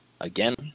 Again